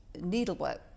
needlework